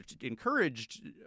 encouraged